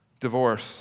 Divorce